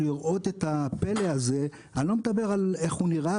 באים לראות את הפלא הזה - אני לא מדבר על איך שהשוק נראה,